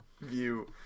view